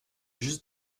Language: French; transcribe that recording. juste